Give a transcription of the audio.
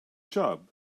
job